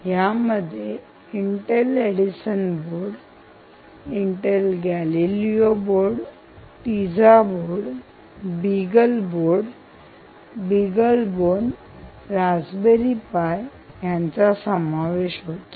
यामध्ये Intel Edison board Intel Galileo board टीझा board Beagle board Beagle Bone Raspberry Pi यांचा समावेश होतो